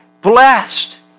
Blessed